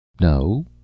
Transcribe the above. No